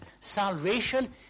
salvation